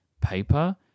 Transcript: paper